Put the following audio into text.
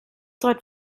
dort